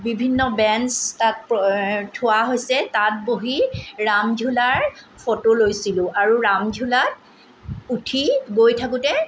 বিভিন্ন বেঞ্চ তাত থোৱা হৈছে তাত বহি ৰামঝোলাৰ ফটো লৈছিলোঁ আৰু ৰামঝোলাত উঠি গৈ থাকোঁতে